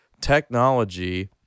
technology